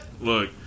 Look